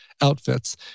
outfits